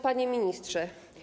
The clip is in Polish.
Panie Ministrze!